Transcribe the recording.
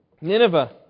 Nineveh